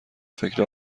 فکر